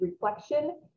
reflection